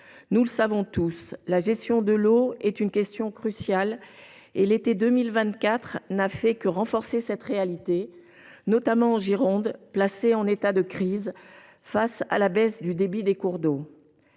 Nous le savons tous, la gestion de l’eau est une question cruciale et l’été 2024 n’a fait que renforcer cette réalité, notamment en Gironde, département qui a été placé en état de crise en raison de la baisse du débit des cours d’eau.